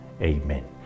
Amen